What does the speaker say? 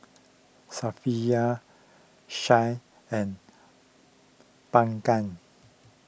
Syafiqah Shah and Bunga